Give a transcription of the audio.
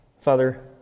Father